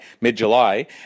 mid-July